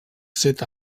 set